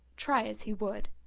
try as he would.